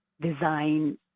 design